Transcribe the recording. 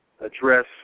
address